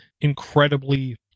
incredibly